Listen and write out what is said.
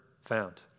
found